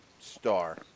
star